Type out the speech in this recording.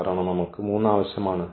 കാരണം നമ്മൾക്ക് 3 ആവശ്യമാണ്